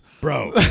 bro